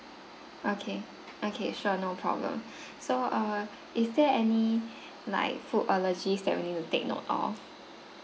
okay okay sure no problem so err is there any like food allergies that we need to take note of